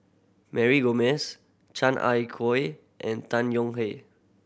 Mary Gomes Chan Ah and Tan Yong Hye